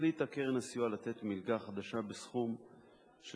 החליטה קרן הסיוע לתת מלגה חדשה בסכום של